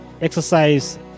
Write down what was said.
exercise